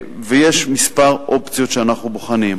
ויש כמה אופציות שאנחנו בוחנים.